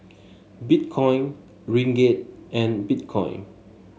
Bitcoin Ringgit and Bitcoin